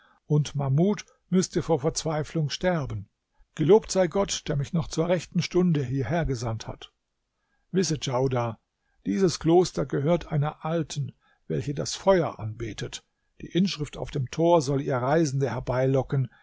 und mahmud müßte vor verzweiflung sterben gelobt sei gott der mich noch zur rechten stunde hierhergesandt hat wisse djaudar dieses kloster gehört einer alten welche das feuer anbetet die inschrift auf dem tor soll ihr reisende